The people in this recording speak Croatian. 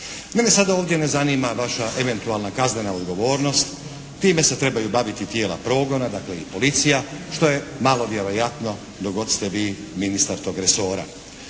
Mene ovdje sada ne zanima vaša eventualna kaznena odgovornost. Time se trebaju baviti tijela progona dakle i policija što je malo vjerojatno dok god ste vi ministar tog resora.